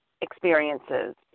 experiences